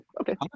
Okay